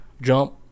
Jump